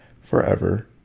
forever